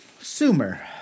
Sumer